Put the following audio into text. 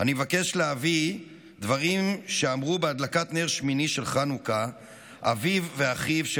אני מבקש להביא דברים שאמרו אביו ואחיו של